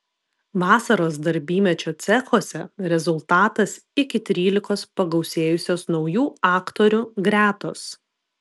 vasaros darbymečio cechuose rezultatas iki trylikos pagausėjusios naujų aktorių gretos